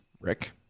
Rick